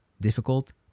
difficult